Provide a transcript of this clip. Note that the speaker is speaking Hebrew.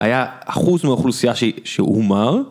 היה אחוז מהאוכלוסייה שהומר.